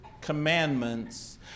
commandments